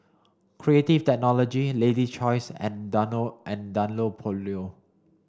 Creative Technology Lady's Choice and and Dunlopillo